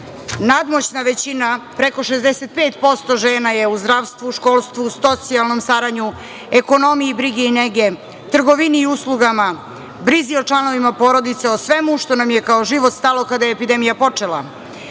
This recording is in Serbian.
nadmoćna većina, preko 65% žena je u zdravstvu, školstvu, socijalnom staranju, ekonomije, brige i nege, trgovini i uslugama, brizi o članovima porodice, o svemu što nam je, kao život stalo, kada je epidemija počela.